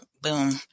boom